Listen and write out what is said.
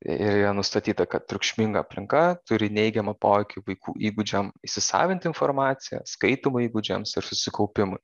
ir yra nustatyta kad triukšminga aplinka turi neigiamą poveikį vaikų įgūdžiam įsisavinti informaciją skaitymo įgūdžiams ir susikaupimui